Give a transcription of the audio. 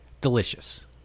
delicious